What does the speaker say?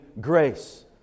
grace